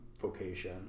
vocation